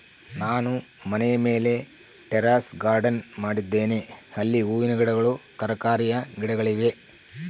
ನಾನು ಮನೆಯ ಮೇಲೆ ಟೆರೇಸ್ ಗಾರ್ಡೆನ್ ಮಾಡಿದ್ದೇನೆ, ಅಲ್ಲಿ ಹೂವಿನ ಗಿಡಗಳು, ತರಕಾರಿಯ ಗಿಡಗಳಿವೆ